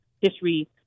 history